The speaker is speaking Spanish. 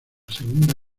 segunda